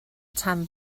tan